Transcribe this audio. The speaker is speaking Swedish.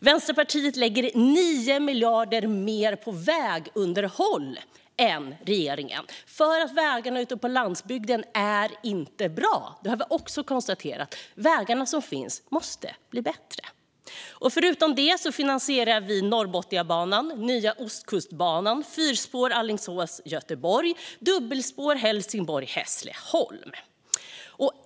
Vänsterpartiet lägger 9 miljarder mer på vägunderhåll än regeringen för att vägarna ute på landsbygden inte är bra. Det har vi också konstaterat. Vägarna som finns måste bli bättre. Förutom det finansierar vi Norrbotniabanan, nya Ostkustbanan, fyrspår Alingsås-Göteborg och dubbelspår Helsingborg-Hässleholm.